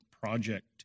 project